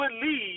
believe